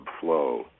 flow